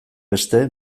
beste